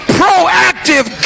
proactive